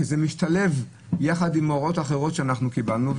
שזה משתלב יחד עם הוראות אחרות שקיבלנו.